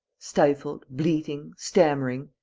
stifled, bleating, stammering,